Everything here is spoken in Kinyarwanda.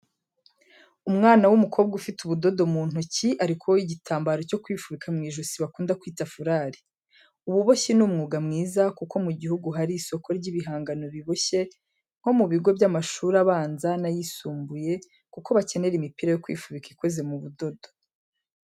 Umwana w'umukobwa ufite ubududo mu ntoki, ari kuboha igitambaro cyo kwifubika mu ijosi bakunda kwita furari. Ububoshyi ni umwuga mwiza kuko mu gihugu hari isoko ry'ibihangano biboshye nko mu bigo by'amashuri abanza n'ayisumbuye, kuko bakenera imipira yo kwifubika ikoze mu budodo.